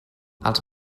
els